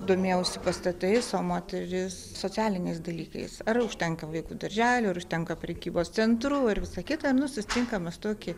domėjausi pastatais o moteris socialiniais dalykais ar užtenka vaikų darželių ar užtenka prekybos centrų ir visa kita nu susitinkam mes tokį